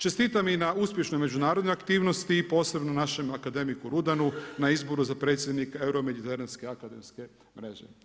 Čestitam i na uspješnoj međunarodnoj aktivnosti i posebno našem akademiku Rudanu na izboru predsjednika euro mediteranske akademske mreže.